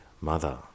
mother